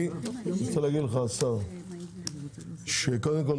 אני רוצה להגיד לך השר שקודם כל,